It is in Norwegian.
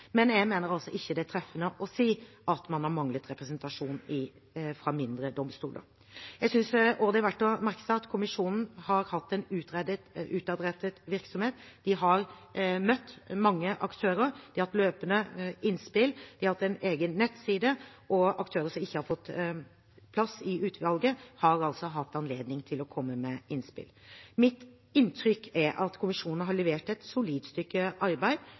men jeg mener ikke det er treffende å si at man har manglet representasjon fra mindre domstoler. Jeg synes også det er verdt å merke seg at kommisjonen har hatt en utadrettet virksomhet. De har møtt mange aktører, de har løpende tatt imot innspill, de har hatt en egen nettside, og aktører som ikke har fått plass i utvalget, har altså hatt anledning til å komme med innspill. Mitt inntrykk er at kommisjonen har levert et solid stykke arbeid